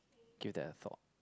give that a thought